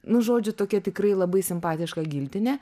nu žodžiu tokia tikrai labai simpatiška giltinė